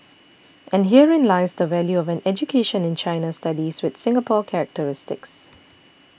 and herein lies the value of an education in China studies with Singapore characteristics